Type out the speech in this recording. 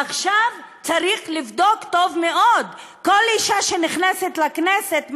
עכשיו צריך לבדוק טוב מאוד כל אישה שנכנסת לכנסת,